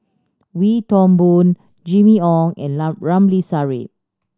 Wee Toon Boon Jimmy Ong and Ramli Sarip